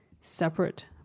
separate